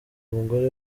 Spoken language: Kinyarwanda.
umugore